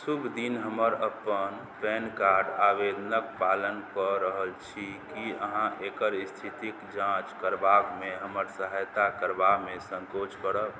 शुभ दिन हमर अपन पैन कार्ड आवेदनके पालन कऽ रहल छी कि अहाँ एकर इस्थितिके जाँच करबामे हमर सहायता करबामे सँकोच करब